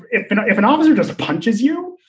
if an ah if an officer just punches you.